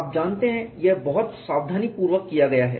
आप जानते हैं यह बहुत सावधानीपूर्वक किया गया है